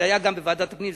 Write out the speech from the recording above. זה היה גם בוועדת הפנים,